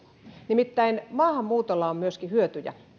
nimittäin maahanmuutolla on myöskin hyötyjä